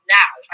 now